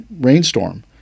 rainstorm